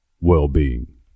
well-being